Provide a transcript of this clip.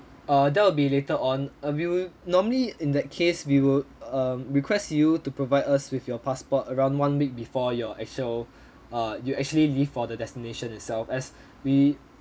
err that will be later on uh we will normally in that case we will uh request you to provide us with your passport around one week before your actual err you actually leave for the destination itself as we